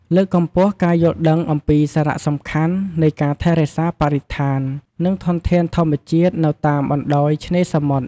លើកកម្ពស់ការយល់ដឹងអំពីសារៈសំខាន់នៃការថែរក្សាបរិស្ថាន និងធនធានធម្មជាតិនៅតាមបណ្ដោយឆ្នេរសមុទ្រ។